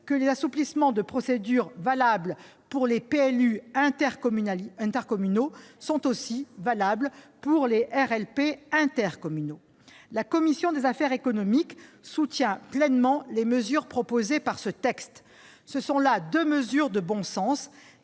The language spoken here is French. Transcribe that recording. que les assouplissements de procédure valables pour les PLU intercommunaux sont aussi valables pour les RLP intercommunaux. La commission des affaires économiques soutient pleinement les mesures proposées par le texte. Ce sont là deux mesures de bon sens,